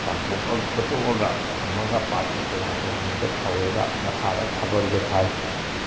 ꯆꯝꯊꯣꯛꯑ ꯈꯣꯠꯇꯣꯛꯑꯒ ꯊꯝꯃꯒ ꯄꯥꯇ꯭ꯔ ꯇꯣꯉꯥꯟ ꯇꯣꯉꯥꯟꯕꯗ ꯐꯧꯔꯒ ꯃꯈꯥꯗ ꯈꯕꯔꯒ ꯊꯥꯏ